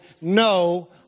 No